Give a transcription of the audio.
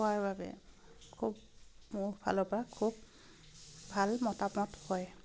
খোৱাৰ বাবে খুব মোৰ ফালৰ পৰা খুব ভাল মতামত হয়